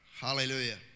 Hallelujah